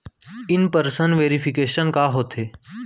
In person verification का होथे?